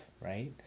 right